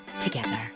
together